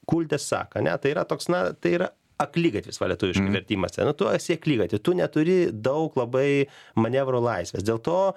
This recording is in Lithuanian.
kulte saką ne tai yra toks na tai yra akligatvis va lietuviškai vertimas nu orientuojiesi į akligatvy tu neturi daug labai manevro laisvės dėl to